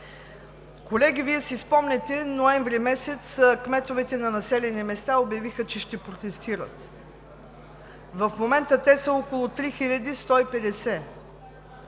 Колеги, Вие си спомняте ноември месец кметовете на населени места обявиха, че ще протестират. В момента те са около 3150.